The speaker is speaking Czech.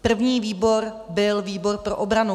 První výbor byl výbor pro obranu.